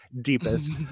deepest